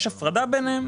יש הפרדה ביניהם.